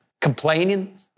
Complaining